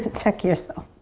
ah check yourself.